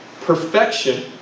Perfection